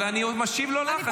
אבל אני לא משיב לך.